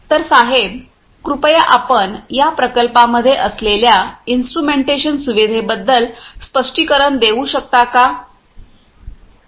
तर साहेब कृपया आपण या प्रकल्पामध्ये असलेल्या इन्स्ट्रुमेंटेशन सुविधेबद्दल स्पष्टीकरण देऊ शकता का